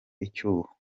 icyuho